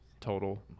total